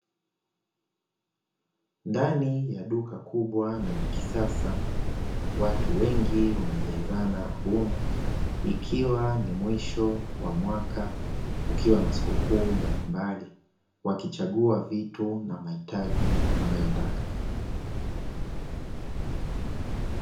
Ndani ya duka kubwa na la kisasa, watu wengi wamejazana humu ikiwa ni mwisho wa mwaka, kukiwa na sikukuu mbalimbali, wakichagua vitu na mahitaji wanayotaka.